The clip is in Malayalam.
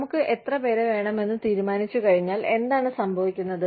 നമുക്ക് എത്ര പേരെ വേണമെന്ന് തീരുമാനിച്ചുകഴിഞ്ഞാൽ എന്താണ് സംഭവിക്കുന്നത്